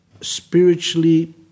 spiritually